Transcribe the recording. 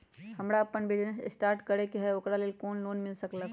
हमरा अपन business start करे के है ओकरा लेल लोन मिल सकलक ह?